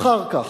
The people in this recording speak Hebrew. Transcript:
אחר כך,